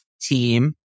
team